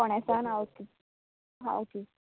फोंणेसान आं ओके हां ओके